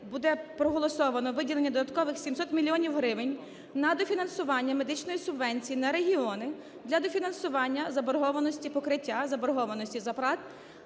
буде проголосовано виділення додаткових 700 мільйонів гривень на дофінансування медичної субвенції на регіони для дофінансування заборгованості покриття, заборгованості зарплат.